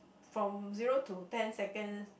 from zero to ten seconds